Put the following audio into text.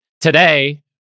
Today